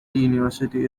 university